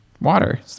Water